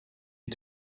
you